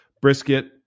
Brisket